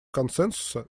консенсуса